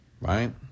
right